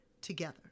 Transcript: together